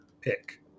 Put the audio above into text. pick